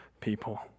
people